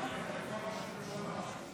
כהצעת הוועדה,